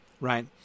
right